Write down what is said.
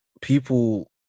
people